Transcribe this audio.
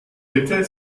bitte